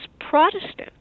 Protestant